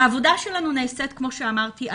כמו שאמרתי,